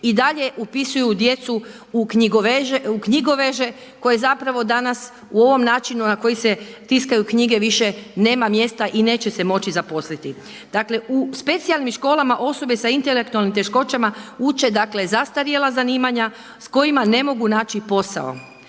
i dalje upisuju djecu u knjigoveže koje zapravo danas u ovom načinu na koji se tiskaju knjige više nema mjesta i neće se moći zaposliti. Dakle u specijalnim školama osobe s intelektualnim teškoćama uče zastarjela zanimanja s kojima ne mogu naći posao.